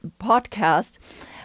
podcast